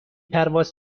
پرواز